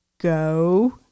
Go